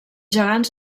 gegants